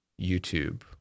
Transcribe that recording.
YouTube